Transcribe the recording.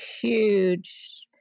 huge